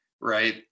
right